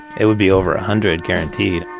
it would be over a hundred, guaranteed.